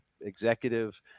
executive